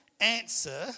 answer